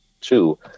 Two